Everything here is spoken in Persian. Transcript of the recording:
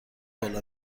بالا